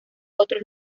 otros